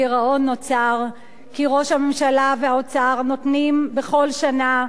הגירעון נוצר כי ראש הממשלה והאוצר נותנים בכל שנה,